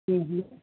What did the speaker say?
હ હ